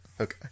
Okay